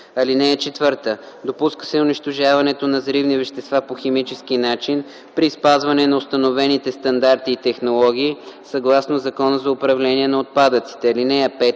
мм. (4) Допуска се унищожаването на взривни вещества по химически начин при спазване на установените стандарти и технологии съгласно Закона за управление на отпадъците.